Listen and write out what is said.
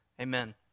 Amen